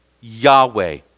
Yahweh